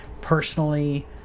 personally